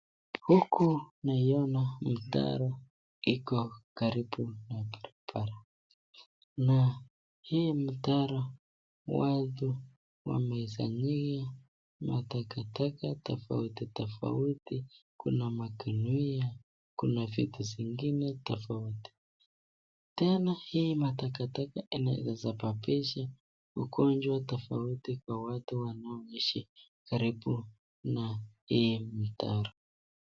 Huku naiona mtaro iko karibu na barabara na hii mtaro watu wamesanya matakataka tofauti tofauti kuna magunia, kuna vitu zingine tofauti. Tena hii matakataka inaeza sababisha ugonjwa tofauti kwa watu wanaoishi karibu na hii mtaro.